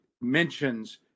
mentions